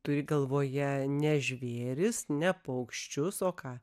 turi galvoje ne žvėris ne paukščius o ką